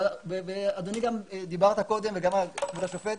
אדוני דיברת קודם וגם כבוד השופט.